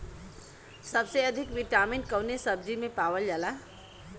सबसे अधिक विटामिन कवने सब्जी में पावल जाला?